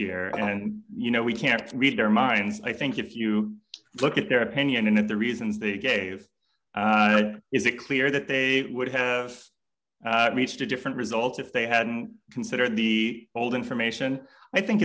here and you know we can't read their minds i think if you look at their opinion of the reasons they gave is it clear that they would have reached a different result if they hadn't consider the old information i think